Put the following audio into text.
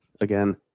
again